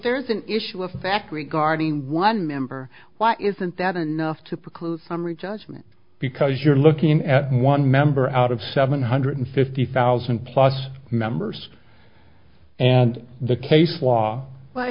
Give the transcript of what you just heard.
there is an issue of fact regarding one member why isn't that enough to preclude summary judgment because you're looking at one member out of seven hundred fifty thousand plus members and the case law